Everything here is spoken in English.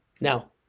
Now